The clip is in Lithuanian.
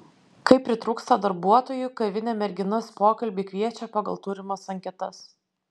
kai pritrūksta darbuotojų kavinė merginas pokalbiui kviečia pagal turimas anketas